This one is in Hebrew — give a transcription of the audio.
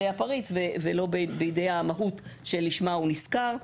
הפריץ ולא בידי המהות שלשמה הוא נשכר.